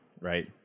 right